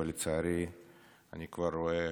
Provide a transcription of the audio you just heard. ולצערי אני כבר רואה